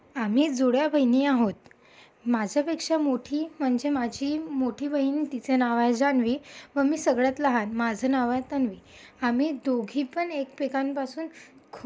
आम्ही जुळ्या बहिणी आहोत माझ्यापेक्षा मोठी म्हणजे माझी मोठी बहीण तिचं नाव आहे जान्वी व मी सगळ्यात लहान माझं नाव आहे तन्वी आम्ही दोघीपण एकमेकांपासून खूप